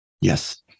Yes